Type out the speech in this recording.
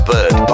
Bird